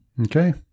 Okay